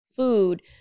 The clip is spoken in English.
Food